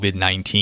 COVID-19